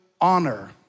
honor